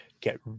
get